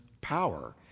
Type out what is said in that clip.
power